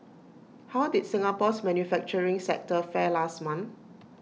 how did Singapore's manufacturing sector fare last month